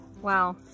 Wow